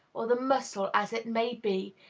or the muscle, as it may be,